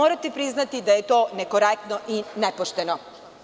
Morate priznati da je to nekorektno i nepošteno.